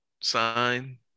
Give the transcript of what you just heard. sign